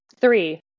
three